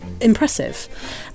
impressive